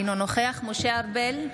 אינו נוכח משה ארבל,